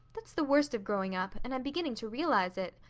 that's the worst of growing up, and i'm beginning to realize it.